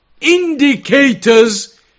indicators